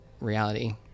reality